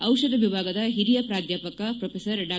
ಔಷಧ ವಿಭಾಗದ ಓರಿಯ ಪ್ರಾಧ್ವಾಪಕ ಮ್ರೊಫೆಸರ್ ಡಾ